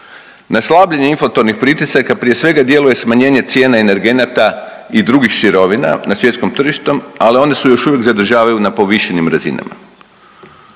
Na slabljenje inflatornih pritisaka prije svega djeluje smanjenje cijena energenata i drugih sirovina na svjetskom tržištom, ali onda su još uvijek zadržavaju na povišenim razinama.